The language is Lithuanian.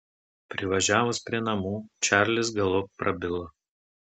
privažiavus prie namų čarlis galop prabilo